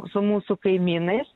su mūsų kaimynais